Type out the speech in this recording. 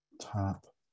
Top